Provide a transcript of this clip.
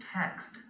text